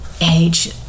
age